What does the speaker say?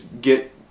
get